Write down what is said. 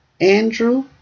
Andrew